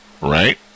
right